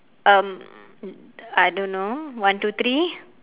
um I don't know one two three